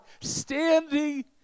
standing